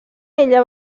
ella